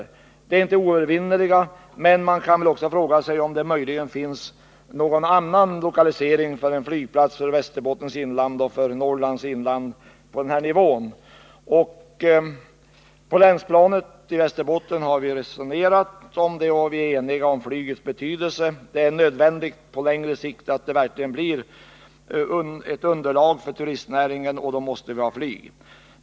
Svårigheterna är inte oövervinnliga, men man kan väl fråga sig om det möjligen finns någon annan lokalisering för en flygplats på den här nivån för Västerbottens inland och för Norrlands inland. På länsplanet i Västerbotten har vi resonerat om flygets betydelse, och vi har blivit eniga om att det är nödvändigt på längre sikt att det verkligen blir ett underlag för turistnäringen och att vi då måste ta flyget till hjälp.